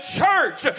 church